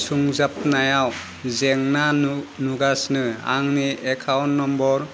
सुंजाबनायाव जेंना नु नुगासिनो आंनि एकाउन्ट नम्बर